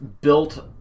built